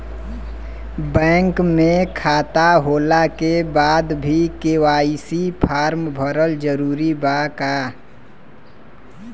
Bank में खाता होला के बाद भी के.वाइ.सी फार्म भरल जरूरी बा का?